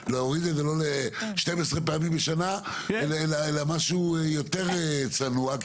להוריד את זה לא ל-12 פעמים בשנה אלא למשהו יותר צנוע,